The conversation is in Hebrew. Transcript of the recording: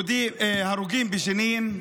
הרוגים בג'נין,